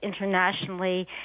internationally